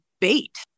bait